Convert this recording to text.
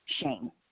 shame